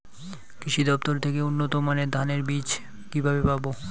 কৃষি দফতর থেকে উন্নত মানের ধানের বীজ কিভাবে পাব?